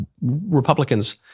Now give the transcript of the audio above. Republicans